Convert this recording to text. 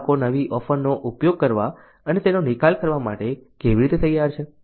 ગ્રાહકો નવી ઓફરનો ઉપયોગ કરવા અને તેનો નિકાલ કરવા માટે કેવી રીતે તૈયાર છે